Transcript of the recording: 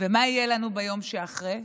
ומה יהיה לנו ביום שאחרי?